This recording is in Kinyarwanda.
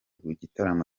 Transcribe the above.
gitaramo